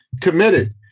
Committed